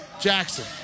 Jackson